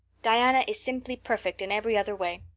diana is simply perfect in every other way.